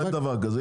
אין דבר כזה,